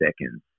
seconds